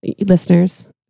listeners